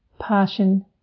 passion